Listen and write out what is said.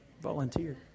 volunteer